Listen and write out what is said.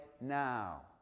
now